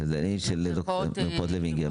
שדלנית מרפאות דוקטור לוינגר,